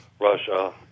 Russia